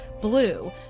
blue